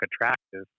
attractive